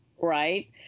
right